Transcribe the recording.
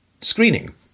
screening